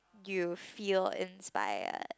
you'll feel inspired